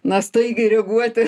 na staigiai reaguoti